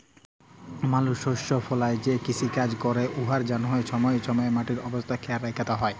মালুস শস্য ফলাঁয় যে কিষিকাজ ক্যরে উয়ার জ্যনহে ছময়ে ছময়ে মাটির অবস্থা খেয়াল রাইখতে হ্যয়